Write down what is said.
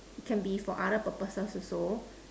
can be for other purposes also